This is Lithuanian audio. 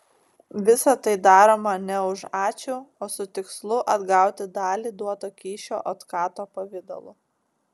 visa tai daroma ne už ačiū o su tikslu atgauti dalį duoto kyšio otkato pavidalu